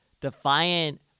Defiant